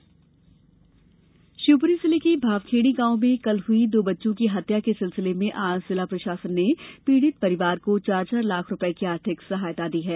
शिवप्री घटना शिवपुरी जिले के भावखेड़ी गांव में कल हुई दो बच्चों की हत्या के सिलसिले में आज जिला प्रशासन ने पीड़ित परिवार को चार चार लाख रूपये की आर्थिक सहायता दी है